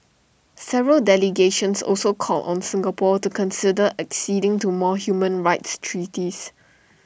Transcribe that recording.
several delegations also called on Singapore to consider acceding to more human rights treaties